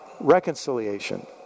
reconciliation